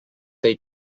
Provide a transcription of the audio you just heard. they